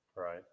right